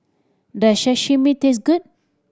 does Sashimi taste good